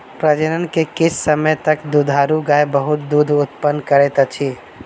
प्रजनन के किछ समय तक दुधारू गाय बहुत दूध उतपादन करैत अछि